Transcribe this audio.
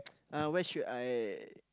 uh where should I